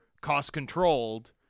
cost-controlled